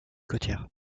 côtières